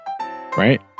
Right